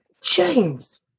James